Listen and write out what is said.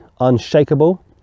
unshakable